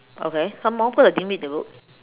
okay some more cause I didn't read the book